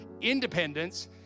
independence